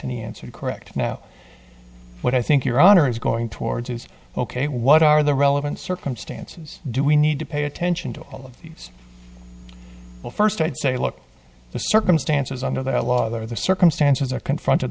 he answered correct now what i think your honor is going towards is ok what are the relevant circumstances do we need to pay attention to these well first i'd say look the circumstances under the law are the circumstances are confronted